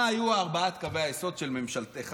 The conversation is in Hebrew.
מה היו ארבעת קווי היסוד של ממשלתך,